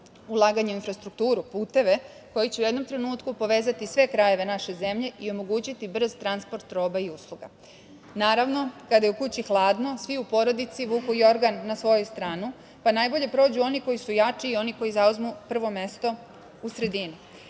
ulaganje u infrastrukturu, puteve, koji će u jednom trenutku povezati sve krajeve naše zemlje i omogućiti brz transport roba i usluga. Naravno, kada je u kući hladno, svi u porodici vuku jorgan na svoju stranu, pa najbolje prođu oni koji su jači i oni koji zauzmu prvo mesto u sredini.